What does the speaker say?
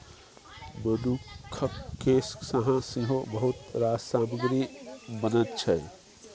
मनुखक केस सँ सेहो बहुत रास सामग्री बनैत छै